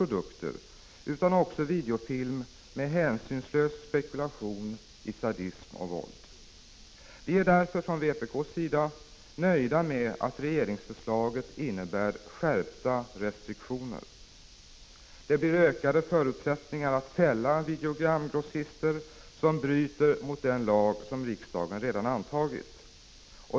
1985/86:48 produkter utan också videofilm med hänsynslös spekulation i sadism och 10 december 1985 våld. Vi är därför från vpk:s sida nöjda med att regeringsförslaget innebär skärpta restriktioner. Det blir ökade förutsättningar att fälla videogramsgrossister som bryter mot den lag som riksdagen redan har antagit.